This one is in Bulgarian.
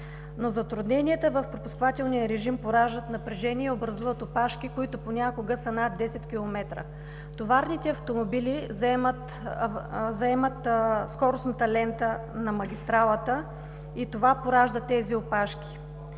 Затрудненията в пропускателния режим пораждат напрежение и образуват опашки, които понякога са над 10 км. Товарните автомобили заемат скоростната лента на магистралата и това поражда тези опашки